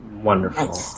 Wonderful